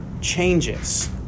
changes